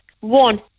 one